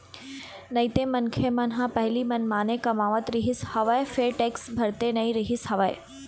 नइते मनखे मन ह पहिली मनमाने कमावत रिहिस हवय फेर टेक्स भरते नइ रिहिस हवय